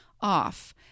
off